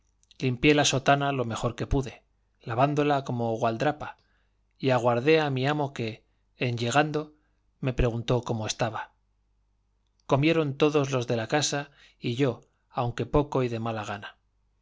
limpié la sotana lo mejor que pude lavándola como gualdrapa y aguardé a mi amo que en llegando me preguntó cómo estaba comieron todos los de la casa y yo aunque poco y de mala gana